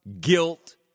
guilt